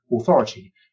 Authority